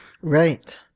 Right